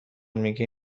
میگی